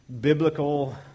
biblical